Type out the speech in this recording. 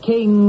King